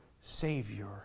Savior